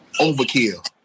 overkill